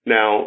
Now